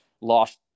lost